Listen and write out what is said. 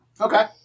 Okay